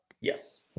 Yes